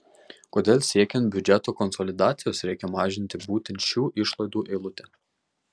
kodėl siekiant biudžeto konsolidacijos reikia mažinti būtent šių išlaidų eilutę